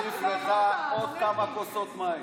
נוסיף לך עוד כמה כוסות מים.